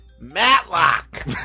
Matlock